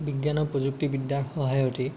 বিজ্ঞান আৰু প্ৰযুক্তিবিদ্যাৰ সহায়তেই